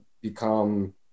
become